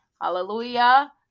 Hallelujah